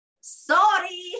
Sorry